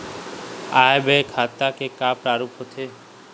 आय व्यय खाता के का का प्रारूप होथे?